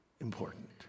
important